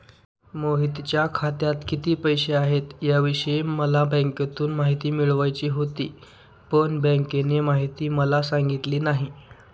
मोहितच्या खात्यात किती पैसे आहेत याविषयी मला बँकेतून माहिती मिळवायची होती, पण बँकेने माहिती मला सांगितली नाही